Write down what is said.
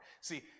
See